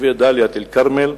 לתושבי דאלית-אל-כרמל,